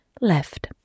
left